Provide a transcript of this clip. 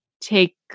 take